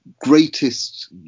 greatest